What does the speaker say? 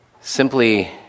simply